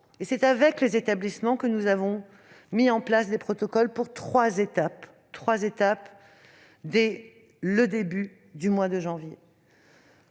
pas. Avec les établissements, nous avons mis en place des protocoles pour trois étapes dès le début du mois de janvier.